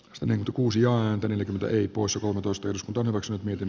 oksanen tu kuusio antonini leiposen kohutusta jos on omaksunut miten